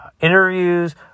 interviews